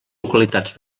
localitats